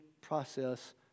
process